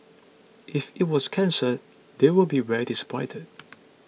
if it was cancelled they would be very disappointed